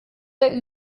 der